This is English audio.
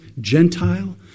Gentile